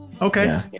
Okay